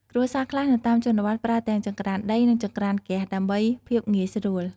គ្រួសារខ្លះនៅតាមជនបទ ប្រើទាំងចង្រ្កានដី និងចង្រ្កានហ្គាស ដើម្បីភាពងាយស្រួល។